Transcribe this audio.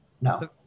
No